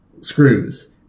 screws